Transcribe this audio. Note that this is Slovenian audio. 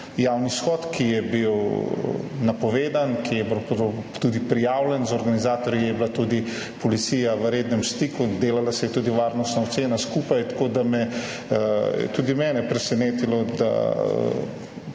javni shod, ki je bil napovedan, ki je bil tudi prijavljen, z organizatorji je bila tudi policija v rednem stiku, delala se je tudi varnostna ocena skupaj, tako da je tudi mene presenetilo, da